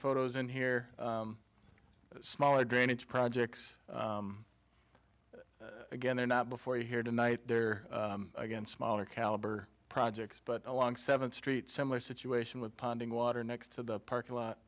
photos in here smaller drainage projects again there not before you here tonight there again smaller caliber projects but along seventh street similar situation with ponding water next to the parking lot